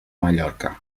mallorca